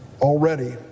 Already